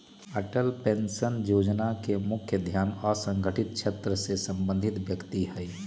Atal pension जोजना के मुख्य ध्यान असंगठित क्षेत्र से संबंधित व्यक्ति हइ